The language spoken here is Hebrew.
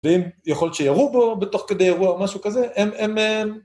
ואם יכול להיות שירו בו תוך כדי אירוע או משהו כזה הם